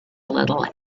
little